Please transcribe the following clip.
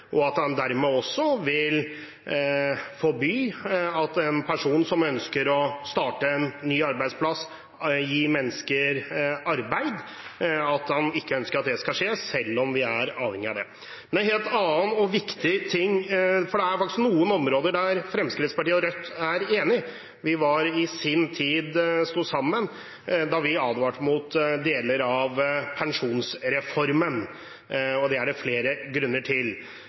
og at han dermed også vil forby en person som ønsker å starte en ny arbeidsplass og gi mennesker arbeid, å gjøre det, selv om vi er avhengige av det. Det er faktisk noen områder hvor Fremskrittspartiet og Rødt er enige. Vi sto i sin tid sammen da vi advarte mot deler av pensjonsreformen, og det er det flere grunner til.